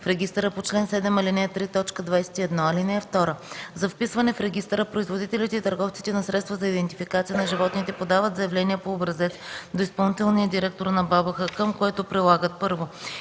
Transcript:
в регистъра по чл. 7, ал. 3, т. 21. (2) За вписване в регистъра производителите и търговците на средства за идентификация на животните подават заявление по образец до изпълнителния директор на БАБХ, към което прилагат: 1.